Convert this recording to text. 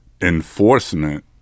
enforcement